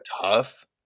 tough